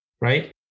right